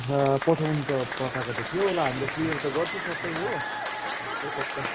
आहा पठाउनु त पठाएको त थियो होला हामीले क्लियर त गर्छु सबै हो एक हप्ता